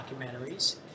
documentaries